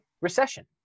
recession